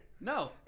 No